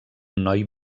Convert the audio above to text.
noi